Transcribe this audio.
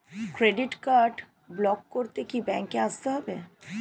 Credit card block করতে কি ব্যাংকে আসতে হবে?